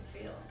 feel